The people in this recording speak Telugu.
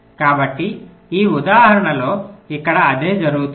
కాబట్టి ఈ ఉదాహరణలో ఇక్కడ అదే జరుగుతుంది